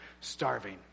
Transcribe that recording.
starving